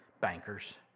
Bankers